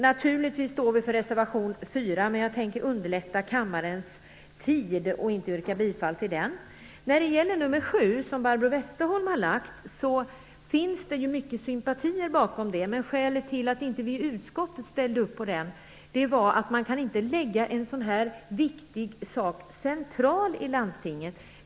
Naturligtvis står vi också bakom reservation 4, men jag tänker underlätta för kammaren genom att inte yrka bifall till den. Det finns mycket sympatier för reservation 7, som Barbro Westerholm har lagt fram. Skälet till att vi inte ställde upp på den i utskottet var att man inte kan lägga en sådan här viktig sak centralt i landstingen.